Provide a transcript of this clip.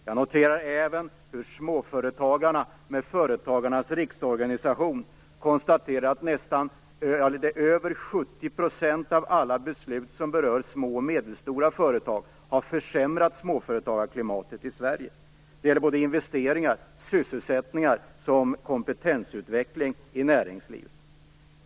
Jag noterar även hur småföretagarna med Företagarnas riksorganisation konstaterar att över 70 % av alla beslut som berör små och medelstora företag har försämrat småföretagarklimatet i Sverige. Det gäller såväl investeringar och sysselsättning som kompetensutveckling i näringslivet.